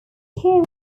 care